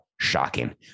Shocking